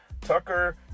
Tucker